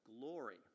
glory